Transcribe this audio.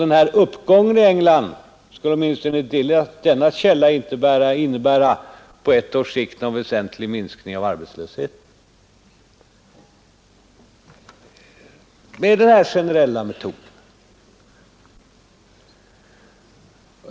Den här uppgången i England skulle följaktligen, åtminstone enligt nämnda källa, på ett års sikt inte innebära någon väsentlig minskning av arbetslösheten — med denna generella metod.